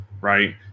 right